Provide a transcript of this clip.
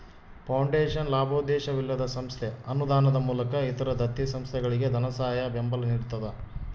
foundation ಲಾಭೋದ್ದೇಶವಿಲ್ಲದ ಸಂಸ್ಥೆ ಅನುದಾನದ ಮೂಲಕ ಇತರ ದತ್ತಿ ಸಂಸ್ಥೆಗಳಿಗೆ ಧನಸಹಾಯ ಬೆಂಬಲ ನಿಡ್ತದ